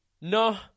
No